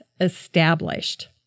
established